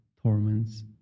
torments